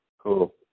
Cool